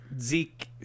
zeke